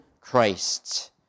Christ